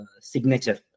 signature